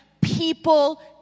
people